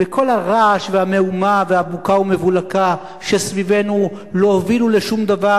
וכל הרעש והמהומה והבוקה והמבולקה שסביבנו לא הובילו לשום דבר,